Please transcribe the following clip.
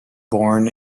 born